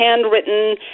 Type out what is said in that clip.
handwritten